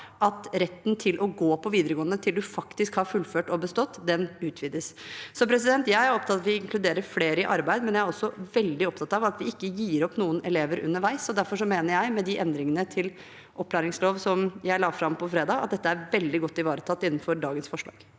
at retten til å gå på videregående til man faktisk har fullført og bestått, utvides. Jeg er opptatt av at vi inkluderer flere i arbeid, men jeg er også veldig opptatt av at vi ikke gir opp noen elever underveis. Derfor mener jeg at med de endringene til opplæringslov som jeg la fram på fredag, er dette veldig godt ivaretatt innenfor dagens forslag.